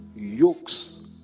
Yokes